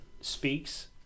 speaks